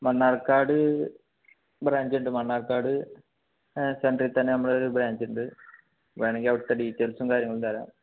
Mannarkkad branch ഉണ്ട് മണ്ണാർക്കാട് സെൻട്രിൽ തന്നെ നമ്മളെ ഒരു ബ്രാഞ്ച് ഉണ്ട് വേണമെങ്കിൽ അവിടുത്തെ ഡീറ്റെയിൽസും കാര്യങ്ങളും തരാം